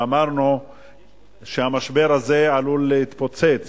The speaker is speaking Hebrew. אמרנו שהמשבר הזה עלול להתפוצץ